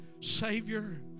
Savior